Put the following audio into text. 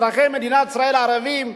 אזרחי מדינת ישראל הערבים,